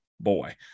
boy